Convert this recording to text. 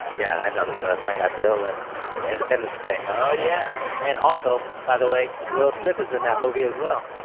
yeah, i know this one. that's my guy bill and in independence day. oh, yeah and also, by the way, will smith is in that movie as well.